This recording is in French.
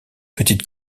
petite